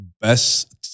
best-